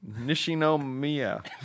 Nishinomiya